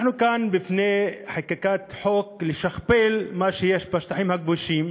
אנחנו כאן בפני חקיקת חוק הבא לשכפל מה שיש בשטחים הכבושים,